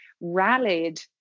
rallied